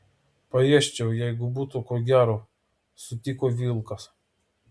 paėsčiau jeigu būtų ko gero sutiko vilkas